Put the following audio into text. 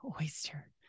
oyster